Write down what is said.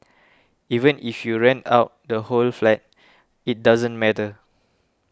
even if you rent out the whole flat it doesn't matter